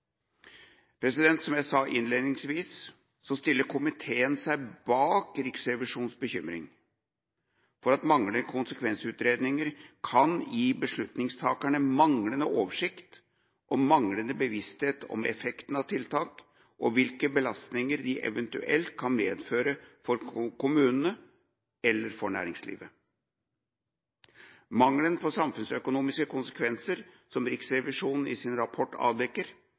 Som jeg sa innledningsvis, stiller komiteen seg bak Riksrevisjonens bekymring for at manglende konsekvensutredninger kan gi beslutningstagerne manglende oversikt og manglende bevissthet om effekten av tiltak og hvilke belastinger de eventuelt kan medføre for kommunene eller næringslivet. Mangelen på samfunnsøkonomiske konsekvenser, som Riksrevisjonen i sin rapport avdekker,